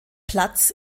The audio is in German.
platz